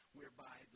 whereby